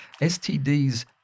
STDs